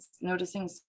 noticing